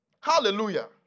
Hallelujah